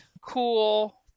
cool